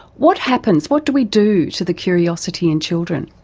what happens, what do we do to the curiosity in children?